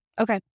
Okay